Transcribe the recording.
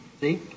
See